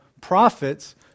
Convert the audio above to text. prophets